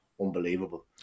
unbelievable